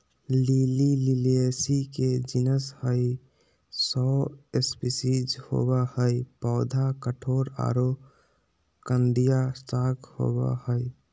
lily Liliaceae के genus हई, सौ स्पिशीज होवअ हई, पौधा कठोर आरो कंदिया शाक होवअ हई